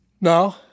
No